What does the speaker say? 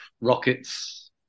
rockets